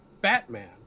Batman